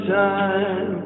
time